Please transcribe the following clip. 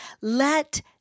let